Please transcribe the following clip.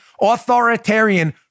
authoritarian